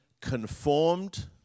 conformed